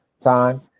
time